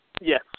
Yes